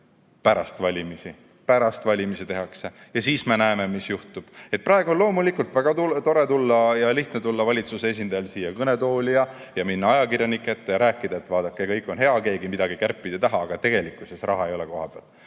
pärast valimisi. Pärast valimisi need tehakse ja siis me näeme, mis juhtub. Praegu on loomulikult väga lihtne tulla valitsuse esindajal siia kõnetooli ja minna ajakirjanike ette ja rääkida, et vaadake, kõik on hea, keegi midagi kärpida taha, aga tegelikkuses raha kohapeal